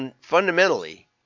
fundamentally